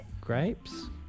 grapes